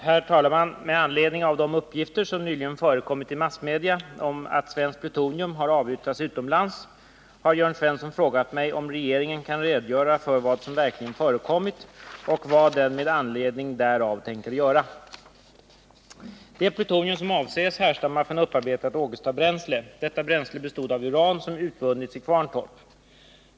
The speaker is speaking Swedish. Herr talman! Med anledning av de uppgifter som nyligen förekommit i massmedia om att svenskt plutonium har avyttrats utomlands har Jörn Svensson frågat mig, om regeringen kan redogöra för vad som verkligen förekommit och vad den med anledning därav tänker göra. Det plutonium som avses härstammar från upparbetat Ågestabränsle. Detta bränsle bestod av uran som utvunnits i Kvarntorp.